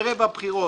ערב הבחירות,